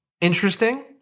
interesting